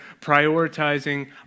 Prioritizing